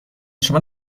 شما